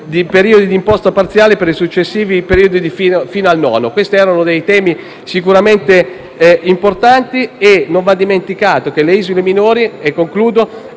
di periodi d'imposta parziali per i successivi periodi fino al nono. Si trattava di temi sicuramente importanti. Non va dimenticato che le isole minori appartengono